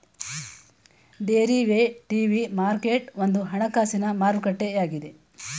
derivative market ಒಂದು ಹಣಕಾಸಿನ ಮಾರುಕಟ್ಟೆಯಾಗಿದೆ